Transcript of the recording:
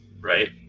Right